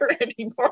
anymore